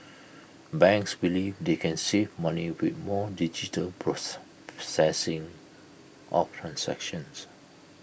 banks believe they can save money with more digital process processing of transactions